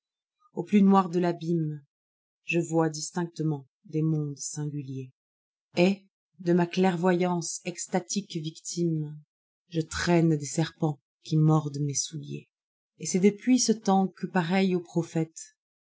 au plus noir de l'abîme je vois distictement des mondes singuliers et de ma clairvoyance extatique victime je traîne des serpents qui mordent mes souliers et c'est depuis ce temps que pareil aux prophètes